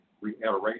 reiteration